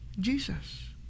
Jesus